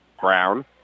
Brown